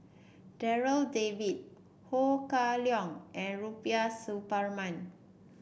Darryl David Ho Kah Leong and Rubiah Suparman